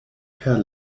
per